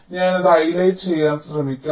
ഞാൻ അതു ഹൈലൈറ്റ് ചെയ്യാൻ ശ്രമിക്കാം